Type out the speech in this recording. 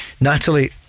Natalie